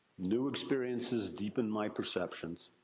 new experiences deepened my perceptions.